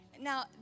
Now